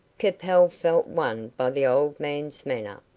capel felt won by the old man's manner.